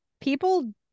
people